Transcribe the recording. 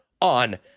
on